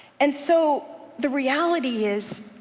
and so the reality is